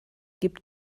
gibt